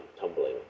tumbling